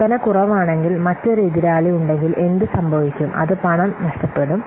വിൽപന കുറവാണെങ്കിൽ മറ്റൊരു എതിരാളി ഉണ്ടെങ്കിൽ എന്തുസംഭവിക്കും അത് പണം നഷ്ടപ്പെടും